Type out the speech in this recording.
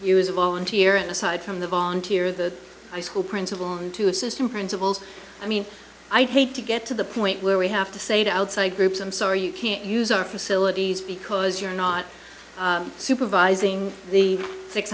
you as a volunteer and aside from the volunteer the high school principal on to assistant principals i mean i think to get to the point where we have to say to outside groups i'm sorry you can't use our facilities because you're not supervising the six